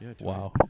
Wow